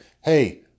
Hey